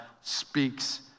speaks